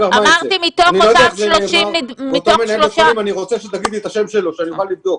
אמרתי מתוך --- אני רוצה שתגידי את השם שלו שאני אוכל לבדוק.